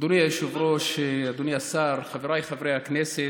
אדוני היושב-ראש, אדוני השר, חבריי חברי הכנסת,